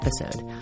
episode